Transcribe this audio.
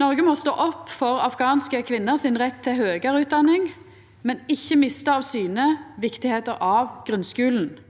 Noreg må stå opp for afghanske kvinner sin rett til høgare utdanning, men ikkje mista av syne kor viktig grunnskulen er.